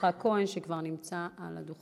הצעת החוק, כהצעה לסדר-היום,